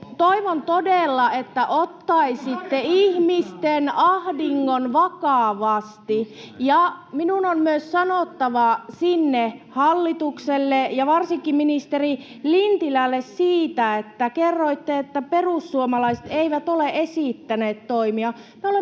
Toivon todella, että ottaisitte ihmisten ahdingon vakavasti. Minun on myös sanottava sinne hallitukselle ja varsinkin ministeri Lintilälle siitä, kun kerroitte, että perussuomalaiset eivät ole esittäneet toimia.